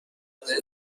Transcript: حوزه